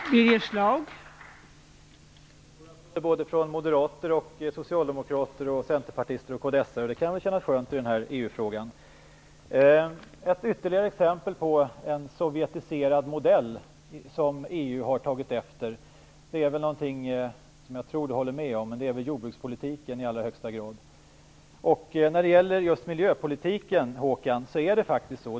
Fru talman! Nu fick Håkan Holmberg applåder från moderater, socialdemokrater, centerpartister och kds-are. Det kan kännas skönt i den här EU-frågan. Ett ytterligare exempel på en sovjetiserad modell som EU har tagit efter är i allra högsta grad jordbrukspolitiken. Jag tror att Håkan Holmberg håller med mig om det.